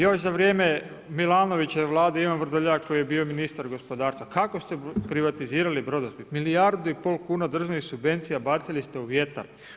Još za vrijeme Milanovićeve vlade, Ivan Vrdoljak, koji je bio ministar gospodarstva, kako ste privatizirali Brodosplit, milijardu i pol kuna državnih subvencija bacili ste u vjetar.